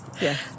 yes